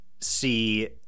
see